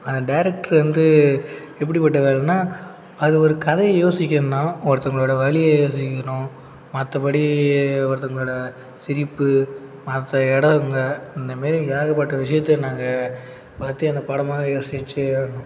அந்த டேரெக்ட்ரு வந்து எப்படிப்பட்ட வேலைன்னா அது ஒரு கதையை யோசிக்கணும்னால் ஒருத்தவர்களோட வலியை யோசிக்கணும் மற்றபடி ஒருத்தவர்களோட சிரிப்பு மற்ற இடோங்க இந்தமாரி ஏகப்பட்ட விஷயத்த நாங்கள் பற்றி அந்த படமாகவே யோசிச்சு